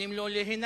נותנים לו להינשא,